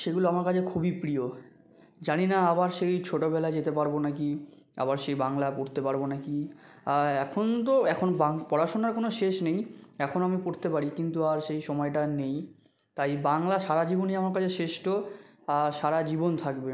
সেগুলো আমার কাছে খুবই প্রিয় জানি না আবার সেই ছোটোবেলায় যেতে পারবো নাকি আবার সেই বাংলা পড়তে পারবো নাকি আর এখন তো এখন বাং পড়াশোনার কোনো শেষ নেই এখনো আমি পড়তে পারি কিন্তু আর সেই সময়টা আর নেই তাই বাংলা সারা জীবনই আমার কাছে শ্রেষ্ঠ আর সারা জীবন থাকবে